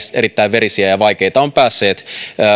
erittäin verinen ja ja vaikea historia ovat päässeet